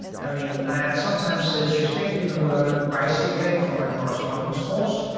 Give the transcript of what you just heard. i mean, i sometimes say you think you can learn bicycling from a correspondence course?